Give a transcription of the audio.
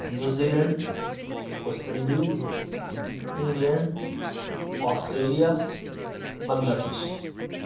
New Zealand West Indies England Australia Bangladesh